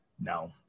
No